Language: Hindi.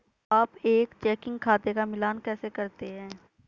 आप एक चेकिंग खाते का मिलान कैसे करते हैं?